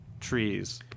trees